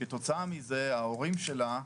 כתוצאה מזה ההורים שלה,